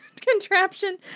contraption